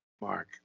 Mark